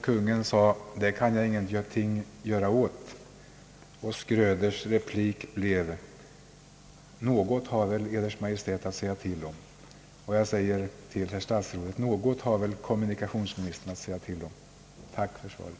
Kungen sade: »Det kan jag inte göra någonting åt.» Schröders replik blev: »Något har väl Ers Majestät att säga till om.» Jag säger till herr statsrådet: »Något har väl kommunikationsministern att säga till om.» Tack för svaret.